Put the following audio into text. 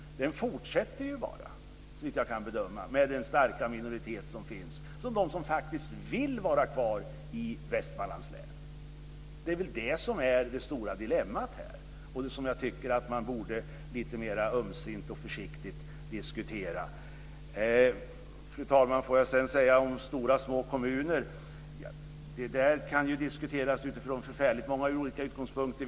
Den fortsätter ju bara, såvitt jag kan bedöma, med den starka minoritet som finns och som består av de som faktiskt vill vara kvar i Västmanlands län. Det är väl det stora dilemmat här som jag tycker att man borde lite mer ömsint och försiktigt diskutera. Fru talman! Stora och små kommuner kan diskuteras utifrån förfärligt många olika utgångspunkter.